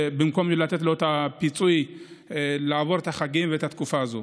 במקום לתת לו את הפיצוי כדי לעבור את החגים ואת התקופה הזאת.